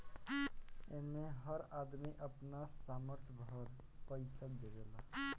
एमे हर आदमी अपना सामर्थ भर पईसा देवेला